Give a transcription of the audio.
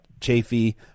chafee